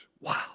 Wow